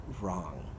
wrong